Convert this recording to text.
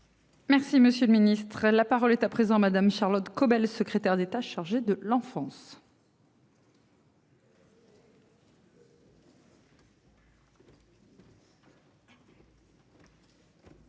Merci, monsieur le Ministre, la parole est à présent madame Charlotte Caubel, secrétaire d'État chargé de l'enfance.